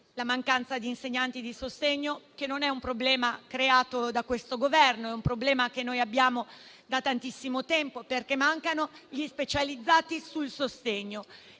la mancanza di insegnanti di sostegno non è un problema creato da questo Governo. È un problema che noi abbiamo da tantissimo tempo, perché mancano gli insegnanti specializzati sul sostegno.